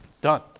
Done